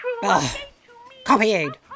Copy-aid